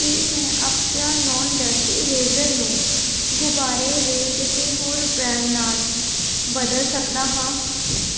ਕੀ ਮੈਂ Apsara non dust eraser ਨੂੰ ਗੁਬਾਰੇ ਦੇ ਕਿਸੇ ਹੋਰ ਬ੍ਰੈਂਡ ਨਾਲ ਬਦਲ ਸਕਦਾ ਹਾਂ